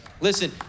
Listen